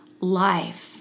life